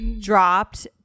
dropped